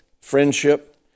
friendship